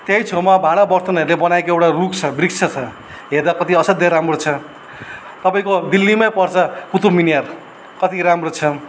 त्यही छेउमा भाँडा वर्तनहरूले बनाइएको एउटा रूख छ वृक्ष छ हेर्दा कति असाध्य राम्रो छ तपाईँको दिल्लीमै पर्छ कुतुब मिनार कति राम्रो छ